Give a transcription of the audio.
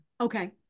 Okay